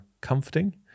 comforting